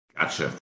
Gotcha